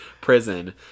prison